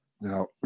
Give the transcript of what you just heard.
Now